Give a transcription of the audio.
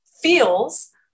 feels